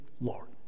Lord